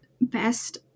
best